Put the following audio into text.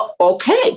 okay